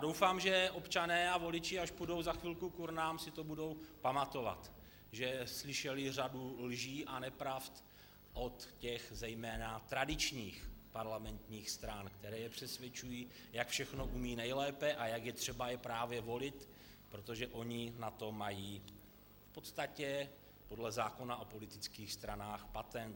Doufám, že občané a voliči, až půjdou za chvíli k urnám, si to budou pamatovat, že slyšeli řadu lží a nepravd od těch zejména tradičních parlamentních stran, které je přesvědčují, jak všechno umí nejlépe a jak je třeba je právě volit, protože oni na to mají v podstatě podle zákona o politických stranách patent.